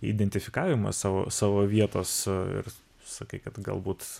identifikavimą savo savo vietos ir sakai kad galbūt